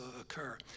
occur